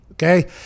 Okay